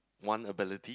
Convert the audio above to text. one ability